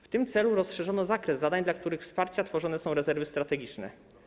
W tym celu rozszerzono zakres zadań, dla których wsparcia tworzone są rezerwy strategiczne.